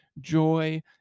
joy